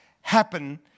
happen